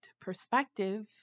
perspective